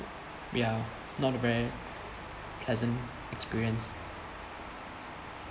ya not a very pleasant experience